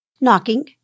knocking